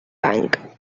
bank